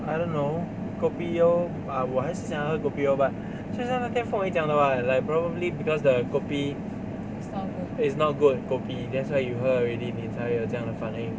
I don't know kopi O but 我还是想要喝 kopi O but 就像那天 feng wei 讲的 [what] like probably because the kopi is not good kopi that's why you 喝 already 你才有这样的反应